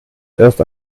erst